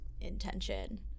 intention